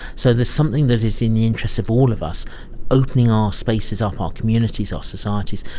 so there's something that is in the interests of all of us opening our spaces up, our communities, our societies,